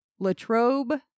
Latrobe